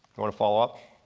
want to follow up.